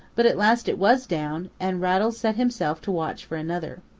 but at last it was down, and rattles set himself to watch for another.